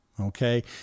okay